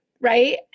right